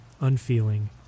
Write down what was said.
unfeeling